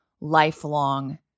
lifelong